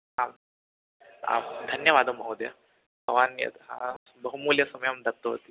आम् आं धन्यवादः महोदयः भवान् यद् हा बहुमूल्यं समयं दत्तमस्ति